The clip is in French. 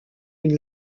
une